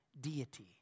deity